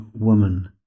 woman